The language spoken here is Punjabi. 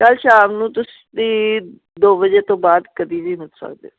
ਕੱਲ੍ਹ ਸ਼ਾਮ ਨੂੰ ਤੁਸੀਂ ਦੋ ਵਜੇ ਤੋਂ ਬਾਅਦ ਕਦੀ ਵੀ ਮਿਲ ਸਕਦੇ ਹੋ